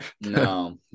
No